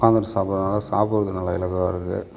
உக்கார்ந்துட்டு சாப்பிடுறதுனால சாப்பிடுறதுக்கு நல்ல இலகுவாயிருக்கும்